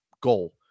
goal